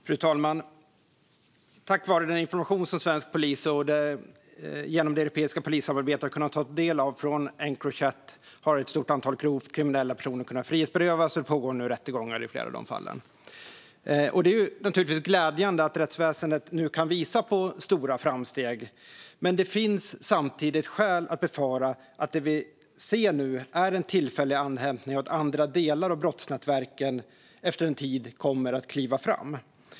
Fru talman! Tack vare den information från Encrochat som svensk polis kunnat ta del av genom det europeiska polissamarbetet har ett stort antal grovt kriminella personer kunnat frihetsberövas. Det pågår nu rättegångar i flera av de fallen. Det är naturligtvis glädjande att rättsväsendet kan visa på stora framsteg. Men det finns samtidigt skäl att befara att det vi ser nu är ett tillfälligt andrum och att andra delar av brottsnätverken efter en tid kommer att kliva fram.